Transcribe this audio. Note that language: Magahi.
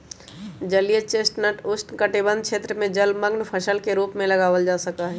जलीय चेस्टनट उष्णकटिबंध क्षेत्र में जलमंग्न फसल के रूप में उगावल जा सका हई